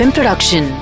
Production